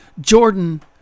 Jordan